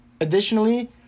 additionally